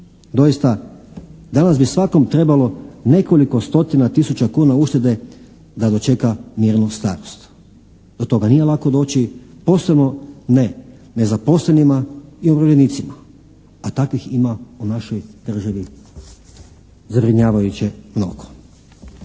Doista danas bi svakom trebalo nekoliko stotina tisuća kuna uštede da dočeka mirnu starost. Do toga nije lako doći, posebno ne nezaposlenima i umirovljenicima, a takvim ima u našoj državi zabrinjavajuće mnogo.